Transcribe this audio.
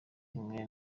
imwe